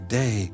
day